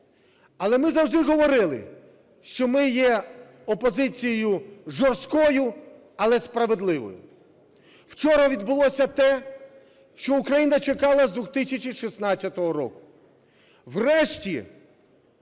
Але ми завжди говорили, що ми є опозицією жорсткою, але справедливою. Вчора відбулося те, що Україна чекала з 2016 року.